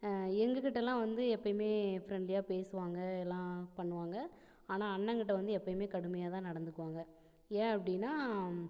எங்கக்கிட்டலாம் வந்து எப்பையுமே ஃப்ரெண்ட்லியாக பேசுவாங்க எல்லாம் பண்ணுவாங்க ஆனால் அண்ணங்கிட்ட வந்து எப்பையுமே கடுமையாக தான் நடுந்துக்குவாங்க ஏன் அப்படின்னா